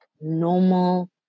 normal